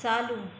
चालू